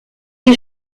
les